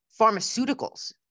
pharmaceuticals